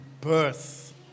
birth